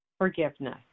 forgiveness